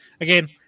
again